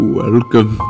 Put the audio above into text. welcome